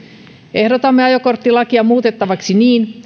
ehdotamme ajokorttilakia muutettavaksi niin